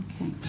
Okay